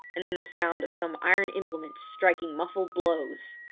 and then the sound of some iron implement striking muffled blows!